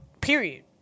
Period